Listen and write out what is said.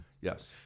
Yes